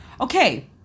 Okay